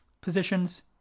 positions